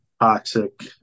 toxic